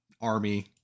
army